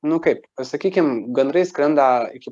nu kaip pasakykim gandrai skrenda iki